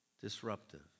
disruptive